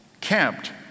camped